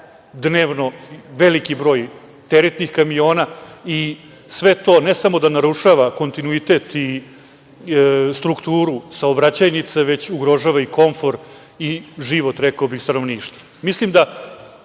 dnevno veliki broj teretnih kamiona i sve to, ne samo da narušava kontinuitet i strukturu saobraćajnice, već ugrožava komfor i život, rekao bih, stanovništva. Mislim